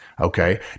okay